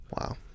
Wow